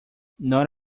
not